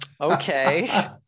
okay